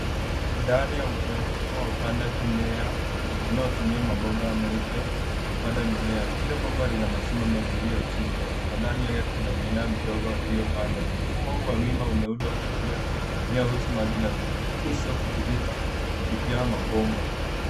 Ndani ya mfumo wa upandaji mimea unao tumia mabomba meupe kupanda mimea. Kila bomba lina mashimo mengi yaliyo chimbwa na ndani yake kuna mimea midogo iliyo pandwa. Mfumo huo wa mimba umeundwa kwa njia inayo ruhusu maji kutiririka kupitia mabomba.